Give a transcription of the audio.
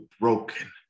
broken